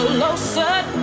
Closer